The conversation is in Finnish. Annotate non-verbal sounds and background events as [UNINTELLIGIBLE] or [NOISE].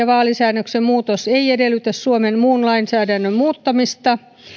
[UNINTELLIGIBLE] vaalisäädöksen muutos edellytä suomen muun lainsäädännön muuttamista